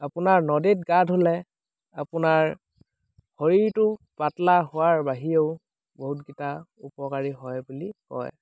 আপোনাৰ নদীত গা ধুলে আপোনাৰ শৰীৰটো পাতলা হোৱাৰ বাহিৰেও বহুতকেইটা উপকাৰী হয় বুলি কয়